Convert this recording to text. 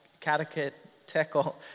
catechetical